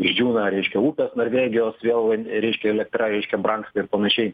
išdžiūna reiškia upės norvegijos vėl reiškia elektra reiškia brangsta ir panašiai